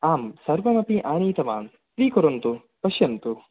आं सर्वमपि आनीतवान् स्वीकुर्वन्तु पश्यन्तु